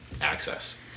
access